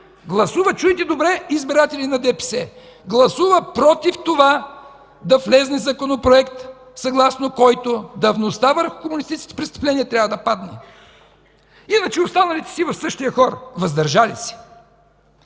гласува – чуйте добре, избиратели на ДПС – „против” това да влезе законопроект, съгласно който давността върху комунистическите престъпления трябва да падне. Иначе останалите са в същия хор – „въздържали се”.